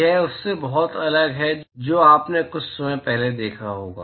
यह उससे बहुत अलग है जो आपने कुछ समय पहले देखा होगा